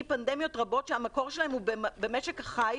פנדמיות רבות שהמקור שלהם הוא במשק החי,